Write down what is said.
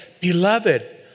Beloved